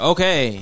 Okay